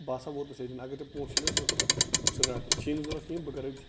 بہٕ ہسا وۄتُس ییٚتٮ۪ن اگر ژےٚ پونٛسہٕ چھِ نہ ضوٚرتھ ژٕ رٹھ چھِی نہٕ ضوٚرتھ کِہیٖنٛۍ بہٕ کَر اتھ